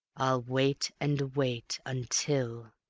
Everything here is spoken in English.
i'll wait and wait until.